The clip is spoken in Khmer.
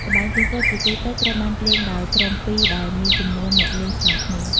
ល្បែងទាញព្រ័ត្រជាទូទៅត្រូវបានលេងដោយក្រុមពីរ ដែលមានចំនួនអ្នកលេងស្មើគ្នា។